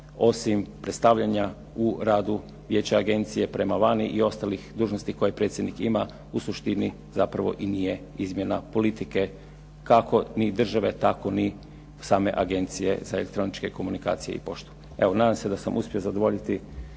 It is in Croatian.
osim stavljanja u radu vijeća agencije prema vani i ostalih dužnosti koje predsjednik ima u suštini zapravo i nije izmjena politike kako ni države, tako ni same Agencije za elektroničke komunikacije i poštu. Evo, nadam se da sam uspio zadovoljiti